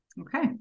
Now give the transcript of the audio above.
okay